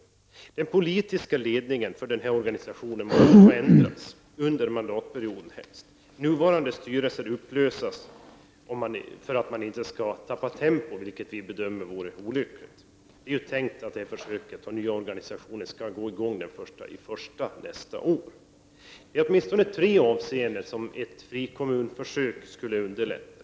E Den politiska ledningen för organisationen måste förändras, och det helst under mandatperioden. Nuvarande styrelse bör upplösas för att man inte skall tappa tempo, vilket vi bedömer vore olyckligt. Det är tänkt att det här försöket och nyorganisationen skall träda in den 1 januari nästa år. Ett frikommunförsök skulle åtminstone underlätta i tre avseenden.